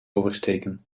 oversteken